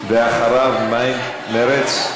אחריו, מרצ,